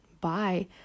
Bye